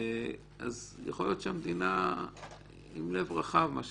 יכול להיות שהמדינה עם לב רחב, מה שנקרא,